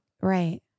Right